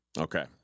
Okay